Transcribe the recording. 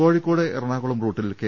കോഴിക്കോട് എറണാകുളം റൂട്ടിൽ കെ